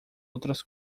outras